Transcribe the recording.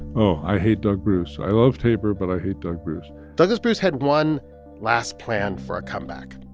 oh, i hate doug bruce. i love tabor but i hate doug bruce douglas bruce had one last plan for a comeback.